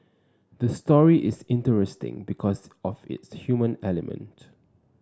the story is interesting because of its human element